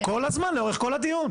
כל הזמן, לאורך כל הדיון.